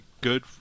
good